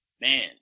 Man